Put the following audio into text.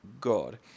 God